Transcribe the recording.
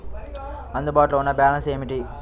అందుబాటులో ఉన్న బ్యాలన్స్ ఏమిటీ?